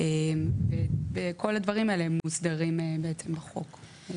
וכל הדברים האלה מוסדרים בעצם בחוק.